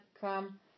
come